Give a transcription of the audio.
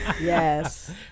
Yes